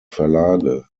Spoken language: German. verlage